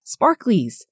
sparklies